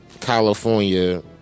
California